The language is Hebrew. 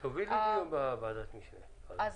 אנחנו,